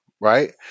right